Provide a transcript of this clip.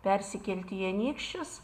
persikelti į anykščius